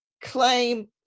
claim